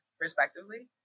respectively